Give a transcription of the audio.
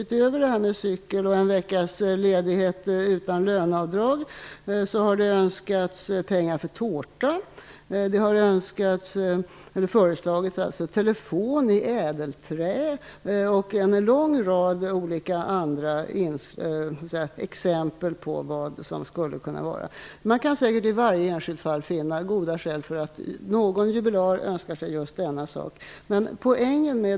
Utöver en cykel och en veckas ledighet utan löneavdrag har det fö reslagits pengar för tårta, telefon i ädelträ och en lång rad andra saker. Man kan säkert i varje enskilt fall finna goda skäl för att en jubilar önskar sig just denna sak.